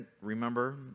remember